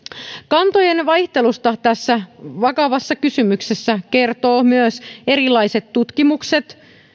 kantojen vaihtelusta tässä vakavassa kysymyksessä kertovat myös erilaiset tutkimukset